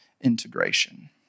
integration